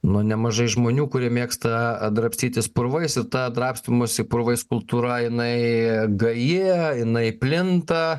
nuo nemažai žmonių kurie mėgsta drabstytis purvais ir ta drabstymosi purvais kultūra jinai gaji jinai plinta